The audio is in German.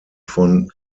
von